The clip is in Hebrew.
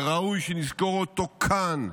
וראוי שנזכור אותו כאן,